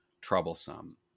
troublesome